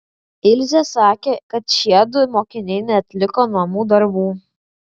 ilzė sakė kad šiedu mokiniai neatliko namų darbų